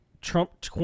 trump